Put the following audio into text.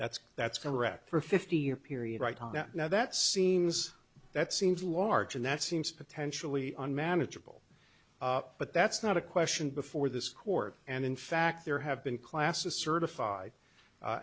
that's that's correct for a fifty year period right now that seems that seems large and that seems potentially unmanageable but that's not a question before this court and in fact there have been classes certified